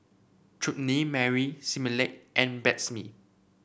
Chutney Mary Similac and Betsy Mee